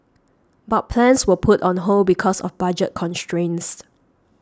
but plans were put on hold because of budget constraints